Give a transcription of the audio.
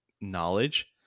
knowledge